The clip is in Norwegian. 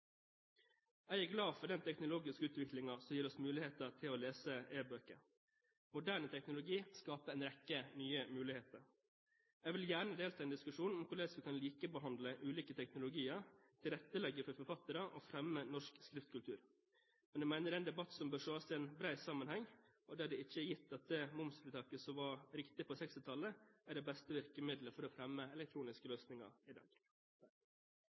Jeg er glad for den teknologiske utviklingen som gir oss muligheter til å lese e-bøker. Moderne teknologi skaper en rekke nye muligheter. Jeg vil gjerne delta i en diskusjon om hvordan vi kan likebehandle ulike teknologier, tilrettelegge for forfattere og fremme norsk skriftkultur. Men jeg mener det er en debatt som bør ses i en bred sammenheng, og der det ikke er gitt at det momsfritaket som var riktig på 1960-tallet, er det beste virkemidlet for å fremme elektroniske løsninger i